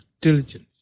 diligence